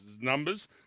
numbers